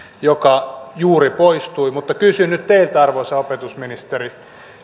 joka juuri poistui mutta kysyn nyt teiltä arvoisa opetusministeri